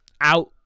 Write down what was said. out